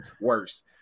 worse